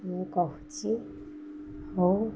ମୁ କହୁଛି ହଉ